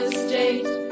state